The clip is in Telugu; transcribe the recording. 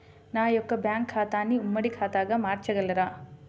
నా యొక్క బ్యాంకు ఖాతాని ఉమ్మడి ఖాతాగా మార్చగలరా?